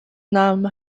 nahmen